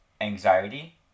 anxiety